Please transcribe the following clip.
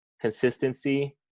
consistency